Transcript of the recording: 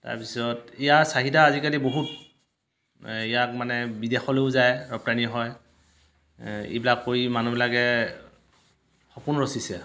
তাৰপিছত ইয়াৰ চাহিদা আজিকালি বহুত ইয়াক মানে বিদেশলৈও যায় ৰপ্তানী হয় এইবিলাক কৰি মানুহবিলাকে সপোন ৰচিছে আৰু